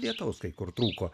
lietaus kai kur trūko